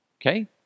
Okay